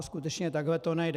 Skutečně takhle to nejde.